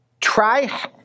Try